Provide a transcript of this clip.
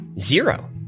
zero